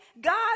God